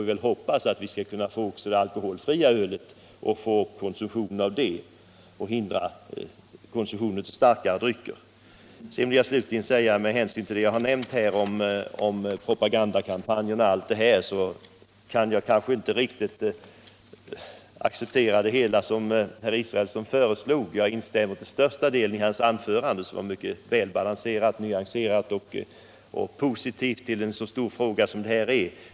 Man kan bara hoppas att vi då också skall få upp konsumtionen av det alkoholfria ölet och hindra en motsvarande konsumtion av starkare drycker. Med hänsyn till vad jag sagt om propagandakampanjer och liknande vill jag slutligen säga att jag instämmer i stora delar i herr Israelssons anförande, som var mycket välbalanserat och positivt när det gäller en så stor fråga som denna.